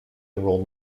enroll